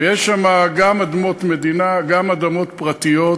ויש שם גם אדמות מדינה, גם אדמות פרטיות,